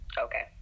Okay